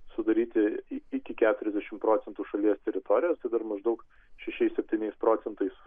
sudaryti iki keturiasdešimt proentų šalies teritorijos tai dar maždaug šešiais septyniais procentais